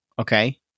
Okay